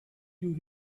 you